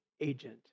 agent